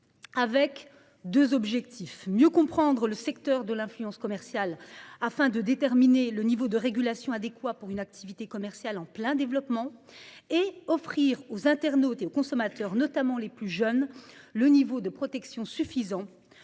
avions deux objectifs : mieux comprendre le secteur de l'influence commerciale, afin de déterminer le niveau de régulation adéquat pour une activité commerciale en plein développement, et offrir aux internautes et consommateurs, notamment aux plus jeunes d'entre eux, un niveau de protection suffisant.